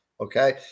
okay